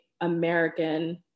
American